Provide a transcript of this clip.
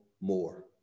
more